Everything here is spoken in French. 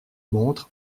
montre